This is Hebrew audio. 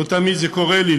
לא תמיד זה קורה לי,